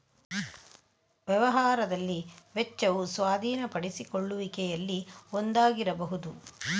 ವ್ಯವಹಾರದಲ್ಲಿ ವೆಚ್ಚವು ಸ್ವಾಧೀನಪಡಿಸಿಕೊಳ್ಳುವಿಕೆಯಲ್ಲಿ ಒಂದಾಗಿರಬಹುದು